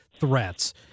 Threats